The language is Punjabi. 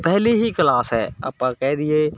ਪਹਿਲੀ ਹੀ ਕਲਾਸ ਹੈ ਆਪਾਂ ਕਹਿ ਦਈਏ